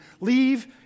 leave